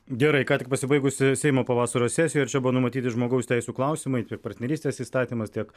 gerai ką tik pasibaigusi seimo pavasario sesija ir čia buvo numatyti žmogaus teisių klausimai tiek partnerystės įstatymas tiek